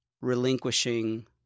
relinquishing